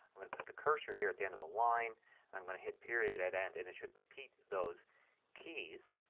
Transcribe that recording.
i'm going to put the cursor here at the end of a line and i'm going to hit period at end and it should repeat those keys.